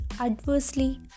adversely